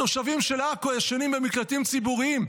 התושבים של עכו ישנים במקלטים ציבוריים.